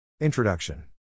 Introduction